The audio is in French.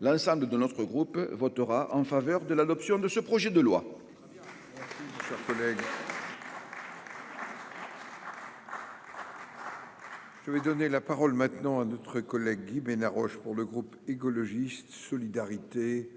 l'ensemble de notre groupe votera en faveur de l'adoption de ce projet de loi. Je vais donner la parole maintenant à notre collègue Guy Bénard Roche pour le groupe écologiste solidarité